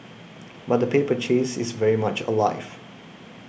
but the paper chase is very much alive